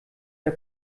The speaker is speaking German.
der